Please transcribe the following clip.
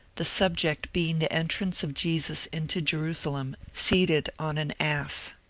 the subject being the entrance of jesus into jerusalem seated on an ass.